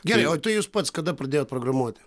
gerai o tai jūs pats kada pradėjot programuoti